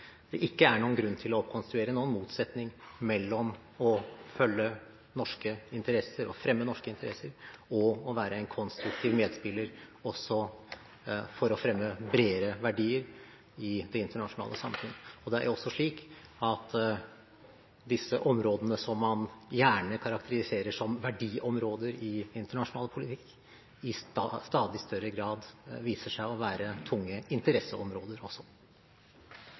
det ikke er noen grunn til å oppkonstruere noen motsetning mellom å fremme norske interesser og å være en konstruktiv medspiller også for å fremme bredere verdier i det internasjonale samfunnet. Det er også slik at disse områdene som man gjerne karakteriserer som verdiområder i internasjonal politikk, i stadig større grad viser seg å være tunge interesseområder også.